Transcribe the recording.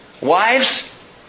wives